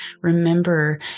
remember